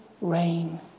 rain